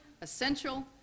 essential